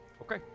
Okay